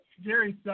Jerry